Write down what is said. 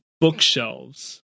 bookshelves